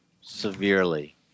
severely